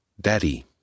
daddy